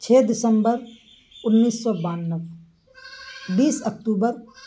چھ دسمبر انیس سو بانوے بیس اکتوبر